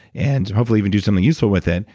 and hopefully even do something useful with it.